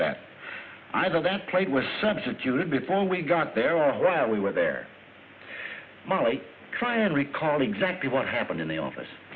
that either that plate was substituted before we got there or while we were there molly try and recall exactly what happened in the office